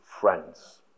friends